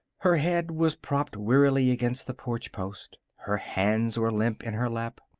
her head was propped wearily against the porch post. her hands were limp in her lap.